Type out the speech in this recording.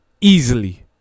Easily